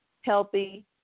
Healthy